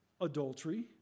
adultery